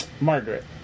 Margaret